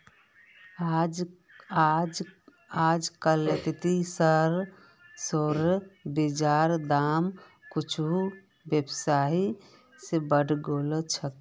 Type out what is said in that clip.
अजकालित सरसोर बीजेर दाम कुछू बेसी बढ़े गेल छेक